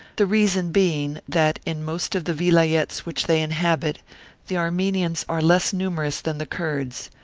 the reason being that in most of the vilayets which they inhabit the armenians are less numerous than the kurds,